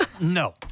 no